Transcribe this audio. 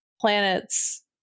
planets